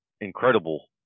incredible